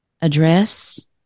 address